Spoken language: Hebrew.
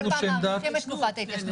כל פעם מאריכים את תקופת ההתיישנות.